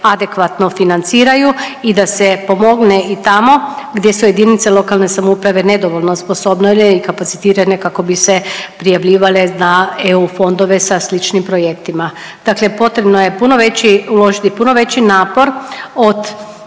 adekvatno financiraju i da se pomogne i tamo gdje su jedinice lokalne samouprave nedovoljno osposobljene i kapacitirane kako bi se prijavljivale na EU fondove sa sličnim projektima. Dakle, potrebno je uložiti puno veći napor od